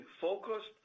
focused